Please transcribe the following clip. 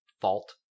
fault